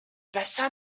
bassin